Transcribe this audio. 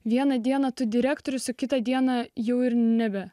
vieną dieną tu direktorius kitą dieną jau ir nebe